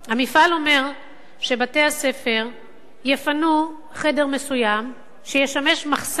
המפעל אומר שבתי-הספר יפנו חדר מסוים שישמש מחסן